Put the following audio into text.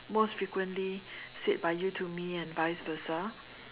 most frequently said by you to me and vice versa